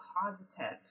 positive